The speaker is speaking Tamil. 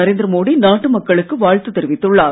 நரேந்திர மோடி நாட்டு மக்களுக்கு வாழ்த்து தெரிவித்துள்ளார்